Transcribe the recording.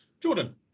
Jordan